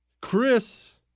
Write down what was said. Chris